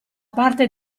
parte